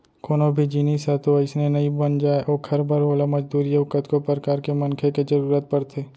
कोनो भी जिनिस ह तो अइसने नइ बन जाय ओखर बर ओला मजदूरी अउ कतको परकार के मनखे के जरुरत परथे